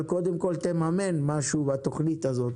אבל קודם כול, תממן משהו בתוכנית הזאת